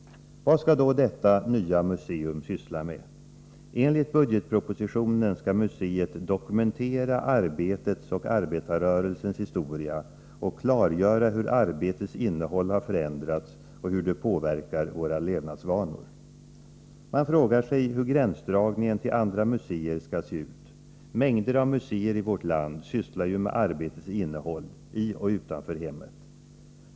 Vad skall då detta nya museum syssla med? Enligt budgetpropositionen skall det dokumentera arbetets och arbetarrörelsens historia och klargöra hur arbetets innehåll har förändrats och hur det påverkar våra levnadsvanor. Man frågar sig hur gränsdragningen till andra museer skall se ut. Mängder av museer i vårt land sysslar ju med arbetets innehåll — i och utanför hemmet.